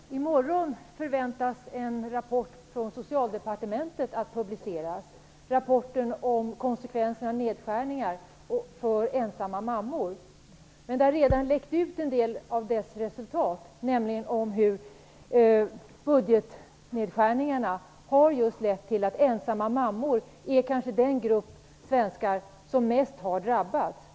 Fru talman! Också jag har en fråga till statsministern. I morgon förväntas en rapport från Socialdepartementet bli publicerad. Det är rapporten om konsekvenser för ensamma mammor av gjorda nedskärningar. Det har redan läckt ut en del av dess resultat, nämligen att budgetnedskärningarna har lett till att ensamma mammor är den grupp av svenskar som kanske har drabbats mest.